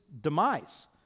demise